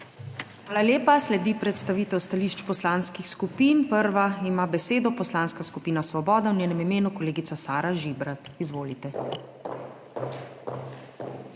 Hvala lepa. Sledi predstavitev stališč poslanskih skupin. Prva ima besedo poslanska skupina Svoboda, v njenem imenu kolegica Sara Žibrat. Izvolite.